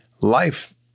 life